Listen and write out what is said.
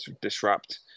disrupt